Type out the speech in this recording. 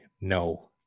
no